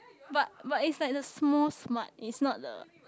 but but it's like the small smart it's not the